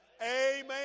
Amen